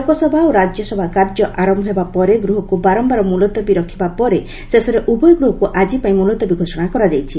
ଲୋକସଭା ଓ ରାଜ୍ୟସଭା କାର୍ଯ୍ୟ ଆରମ୍ଭ ହେବା ପରେ ଗୃହକୁ ବାରମ୍ଭାର ମୁଲତବୀ ରଖିବା ପରେ ଶେଷରେ ଉଭୟ ଗୃହକୁ ଆଜିପାଇଁ ମୁଲତବୀ ଘୋଷଣା କରାଯାଇଛି